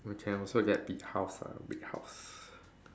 we can also get big house ah big house